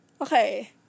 okay